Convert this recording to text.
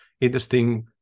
interesting